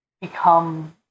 become